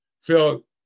phil